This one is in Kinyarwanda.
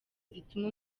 zituma